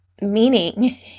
Meaning